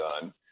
done